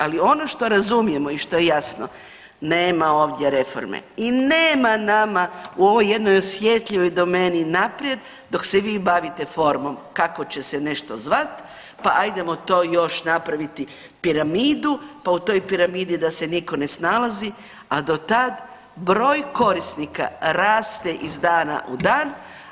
Ali ono što razumijemo i što je jasno nema ovdje reforme i nema nama u ovoj jednoj osjetljivoj domeni naprijed dok se vi bavite formom kako će se nešto zvati, pa hajdemo to još napraviti piramidu, pa u toj piramidi da se nitko ne snalazi a do tad broj korisnika raste iz dana u dan.